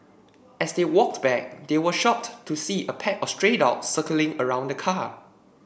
as they walked back they were shocked to see a pack of stray dogs circling around the car